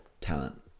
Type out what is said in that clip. talent